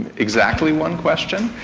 and exactly one question.